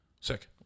Sick